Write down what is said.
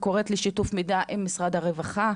וקוראת לשיתוף מידע עם משרד הרווחה.